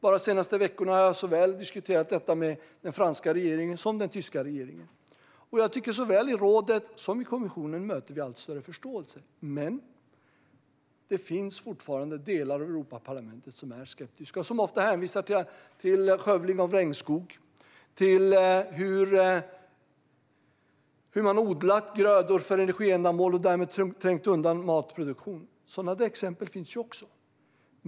Bara de senaste veckorna har jag diskuterat detta med såväl den franska som den tyska regeringen, och jag tycker att vi både i rådet och i kommissionen möter allt större förståelse. Men det finns fortfarande delar av Europaparlamentet som är skeptiska och som ofta hänvisar till skövling av regnskog och till hur man odlat grödor för energiändamål och därmed trängt undan matproduktion. Sådana exempel finns också.